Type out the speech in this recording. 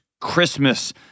Christmas